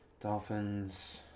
Dolphins